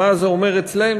מה זה אומר אצלנו,